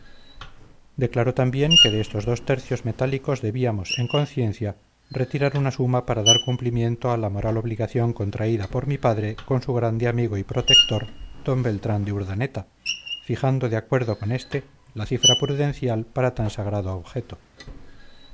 declaró también que de estos dos tercios metálicos debíamos en conciencia retirar una suma para dar cumplimiento a la moral obligación contraída por mi padre con su grande amigo y protector d beltrán de urdaneta fijando de acuerdo con este la cifra prudencial para tan sagrado objeto